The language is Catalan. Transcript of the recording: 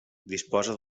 disposa